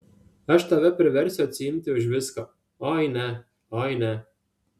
aš tave priversiu atsiimti už viską oi ne oi ne